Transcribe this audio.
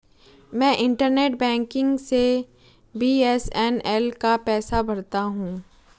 मैं internet banking से BSNL का पैसा भरता हूं